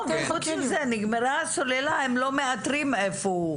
חוץ מזה נגמרה הסוללה, הם לא מאתרים איפה הוא.